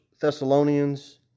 Thessalonians